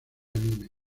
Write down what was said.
anime